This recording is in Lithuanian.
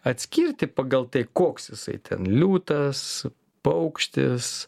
atskirti pagal tai koks jisai ten liūtas paukštis